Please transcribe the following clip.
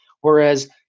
Whereas